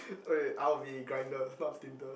wait wait I'll be grinder not Tinder